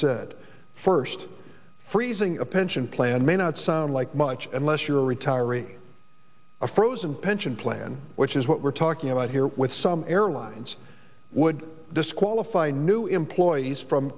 said first freezing a pension plan may not sound like much unless you're a retiree a frozen pension plan which is what we're talking about here with some airlines would disqualify new employees from